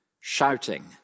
shouting